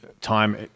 time